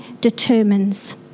determines